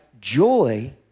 joy